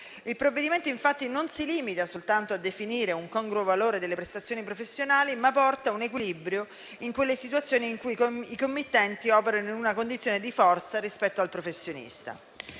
Il provvedimento infatti non si limita soltanto a definire un congruo valore delle prestazioni professionali, ma porta un equilibrio nelle situazioni in cui i committenti operano in una condizione di forza rispetto al professionista.